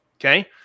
Okay